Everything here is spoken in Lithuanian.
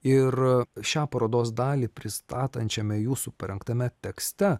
ir šią parodos dalį pristatančiame jūsų parengtame tekste